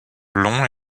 longs